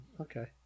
Okay